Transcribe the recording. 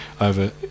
over